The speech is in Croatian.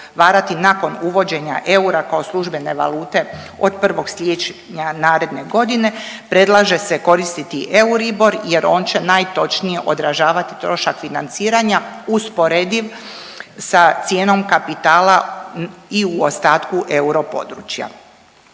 ugovarati nakon uvođenja eura kao službene valute od 1. siječnja naredne godine predlaže se koristiti Euribor jer on će najtočnije odražavati trošak financiranja usporediv sa cijenom kapitala i u ostatku europodručja.